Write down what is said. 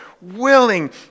willing